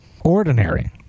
ordinary